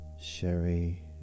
Sherry